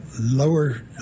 lower